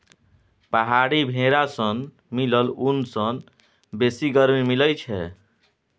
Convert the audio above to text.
पहाड़ी भेरा सँ मिलल ऊन सँ बेसी गरमी मिलई छै